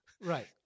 Right